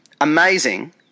amazing